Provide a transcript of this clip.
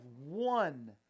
one